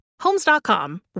Homes.com